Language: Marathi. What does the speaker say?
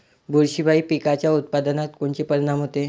बुरशीपायी पिकाच्या उत्पादनात कोनचे परीनाम होते?